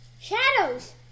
Shadows